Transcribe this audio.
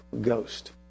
Ghost